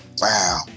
Wow